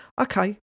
okay